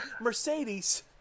Mercedes